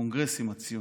הקונגרסים הציוניים,